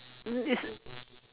mm its